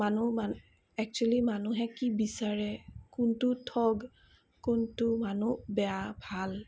মানুহ এক্সোৱেলি মানুহে কি বিচাৰে কোনটো মানুহ ঠগ কোনটো মানুহ বেয়া ভাল